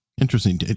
interesting